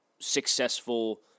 successful